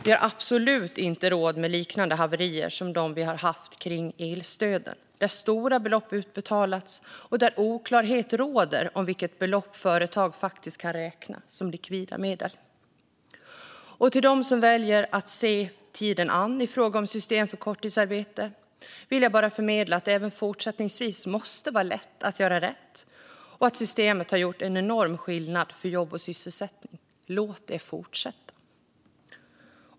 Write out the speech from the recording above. Vi har absolut inte råd med liknande haverier som dem vi har haft kring elstöden, där stora belopp utbetalats och där oklarhet råder om vilket belopp företag faktiskt kan räkna som likvida medel. Till dem som väljer att se tiden an i fråga om system för korttidsarbete vill jag bara förmedla att det även fortsättningsvis måste vara lätt att göra rätt och att systemet har gjort en enorm skillnad för jobb och sysselsättning. Låt det fortsätta!